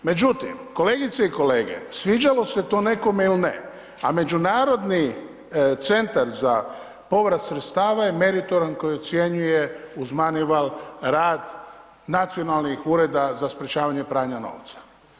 Međutim kolegice i kolege, sviđalo se to nekome ili ne, a Međunarodni centar za povrat sredstava je meritoran koji ocjenjuje uz MONEYVAL rad nacionalnih ureda za sprječavanja pranja novca.